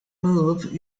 move